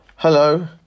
Hello